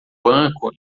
banco